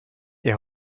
est